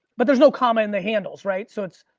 but there's no comma in the handles, right? so, it's